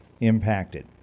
impacted